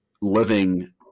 living